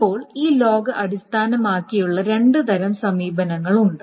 ഇപ്പോൾ ഈ ലോഗ് അടിസ്ഥാനമാക്കിയുള്ള രണ്ട് തരം സമീപനങ്ങളുണ്ട്